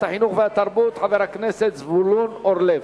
החינוך והתרבות חבר הכנסת זבולון אורלב.